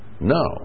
No